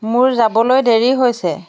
মোৰ যাবলৈ দেৰি হৈছে